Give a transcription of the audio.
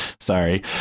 Sorry